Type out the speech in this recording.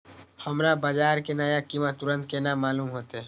हमरा बाजार के नया कीमत तुरंत केना मालूम होते?